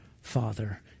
father